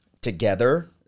together